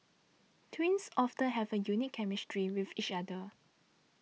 twins often have a unique chemistry with each other